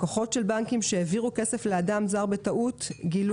לקוחות של בנקים שהעבירו כסף לאדם זר בטעות גילו